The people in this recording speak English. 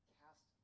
cast